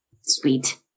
Sweet